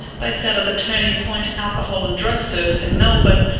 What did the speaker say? based out of the turning point alcohol and drug service in melbourne,